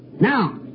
Now